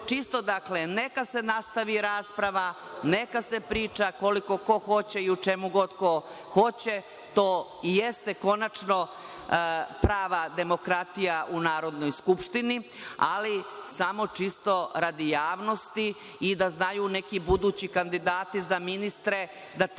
Čisto, dakle, neka se nastavi rasprava, neka se priča koliko ko hoće i o čemu ko god hoće, to jeste konačno prava demokratija u Narodnoj skupštini, ali samo čisto radi javnosti i da znaju neki budući kandidati za ministre da treba